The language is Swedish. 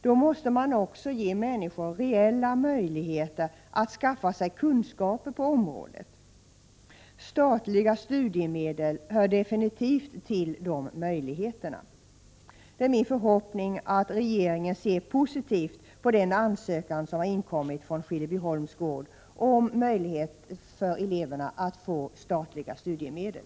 Då måste man också ge människor reella möjligheter att skaffa sig kunskaper på området. Statliga studiemedel hör definitivt till de möjligheterna. Det är min förhoppning att regeringen ser positivt på den ansökan som har inkommit från Skillebyholms gård om möjlighet för eleverna att få statliga studiemedel.